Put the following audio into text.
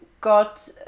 got